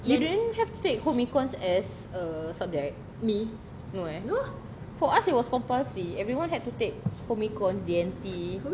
you didn't have to take home econs as a subject no eh for us it was compulsory everyone had to take home econs D&T